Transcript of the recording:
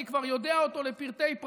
אני כבר יודע אותו לפרטי-פרטים.